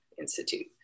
institute